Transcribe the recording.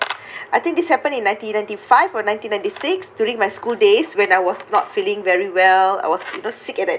I think this happened in nineteen ninety five or nineteen ninety six during my school days when I was not feeling very well I was you know sick at that